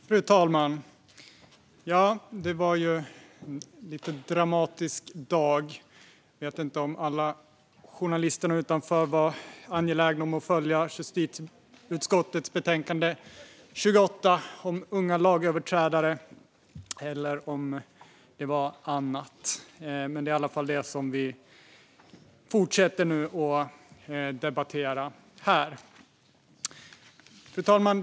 Fru talman! Det blev en dramatisk dag. Jag vet inte om alla journalister här utanför är angelägna om att följa justitieutskottets betänkande 28 om unga lagöverträdare eller om det är något annat. Det är i alla fall vad vi nu ska fortsätta att debattera här. Fru talman!